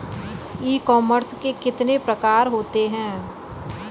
ई commerce के कितने प्रकार होते हैं?